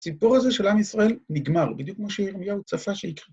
הסיפור הזה של עם ישראל נגמר, בדיוק כמו שירמיהו צפה שיקרה.